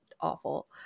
awful